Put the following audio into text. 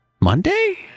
Monday